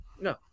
No